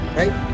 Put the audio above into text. right